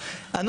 אמרנו,